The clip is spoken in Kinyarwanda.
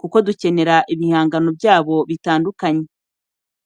kuko dukenera ibihangano byabo bitandukanye,